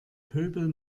pöbel